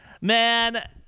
man